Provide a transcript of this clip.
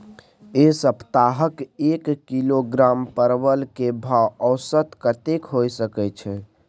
ऐ सप्ताह एक किलोग्राम परवल के भाव औसत कतेक होय सके छै?